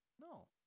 No